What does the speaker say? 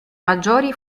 maggiori